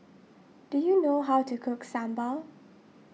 do you know how to cook Sambal